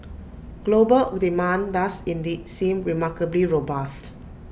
global demand does indeed seem remarkably robust